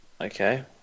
okay